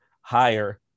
higher